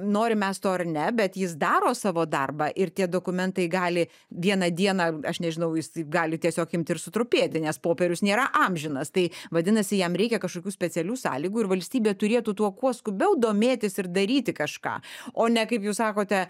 norim mes to ar ne bet jis daro savo darbą ir tie dokumentai gali vieną dieną aš nežinau jis gali tiesiog imti ir sutrupėti nes popierius nėra amžinas tai vadinasi jam reikia kažkokių specialių sąlygų ir valstybė turėtų tuo kuo skubiau domėtis ir daryti kažką o ne kaip jūs sakote